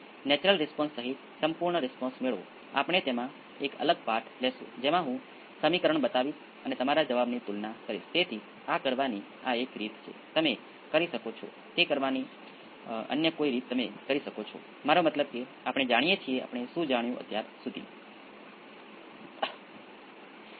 આમ આને બદલે મને R 20 Ω લેવા દો તે કિસ્સામાં ζ 1 હશે અને ક્વાલિટી ફેક્ટર અડધું હશે